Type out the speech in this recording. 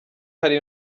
hari